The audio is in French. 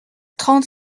trente